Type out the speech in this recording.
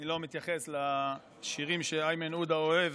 אני לא מתייחס לשירים שאיימן עודה אוהב,